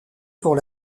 pour